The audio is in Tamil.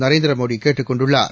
நரேந்திர மோடி கேட்டுக் கொண்டுள்ளார்